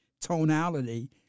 tonality